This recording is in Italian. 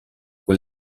con